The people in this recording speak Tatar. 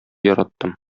яраттым